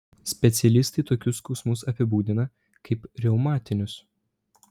specialistai tokius skausmus apibūdina kaip reumatinius